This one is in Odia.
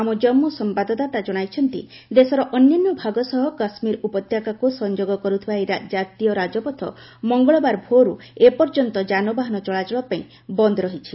ଆମ ଜାମ୍ମୁ ସମ୍ଭାଦଦାତା ଜଣାଇଛନ୍ତି ଦେଶର ଅନ୍ୟାନ୍ୟ ଭାଗ ସହ କାଶ୍ମୀର ଉପତ୍ୟକାକୁ ସଂଯୋଗ କରୁଥିବା ଏହି ଜାତୀୟ ରାଜପଥ ମଙ୍ଗଳବାର ଭୋରୁ ଏପର୍ଯ୍ୟନ୍ତ ଯାନବାହାନ ଚଳାଚଳ ପାଇଁ ବନ୍ଦ ରହିଛି